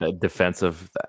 Defensive